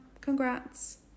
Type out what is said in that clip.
Congrats